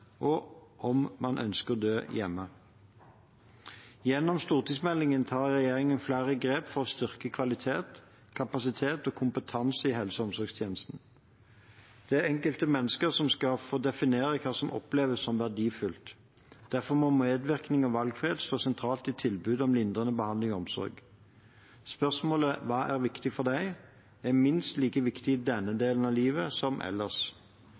og om man ønsker å dø hjemme. Gjennom stortingsmeldingen tar regjeringen flere grep for å styrke kvalitet, kapasitet og kompetanse i helse- og omsorgstjenesten. Det er det enkelte mennesket som skal få definere hva som oppleves som verdifullt. Derfor må medvirkning og valgfrihet stå sentralt i tilbudet om lindrende behandling og omsorg. Spørsmålet «Hva er viktig for deg?» er minst like viktig i denne delen av livet som ellers.